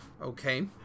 okay